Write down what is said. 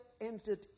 entered